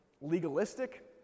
legalistic